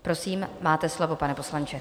Prosím, máte slovo, pane poslanče.